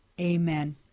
Amen